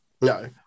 No